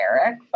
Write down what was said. Eric